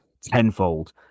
tenfold